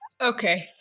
Okay